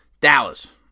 Dallas